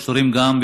קשור גם,